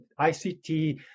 ICT